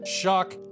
shock